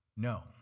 No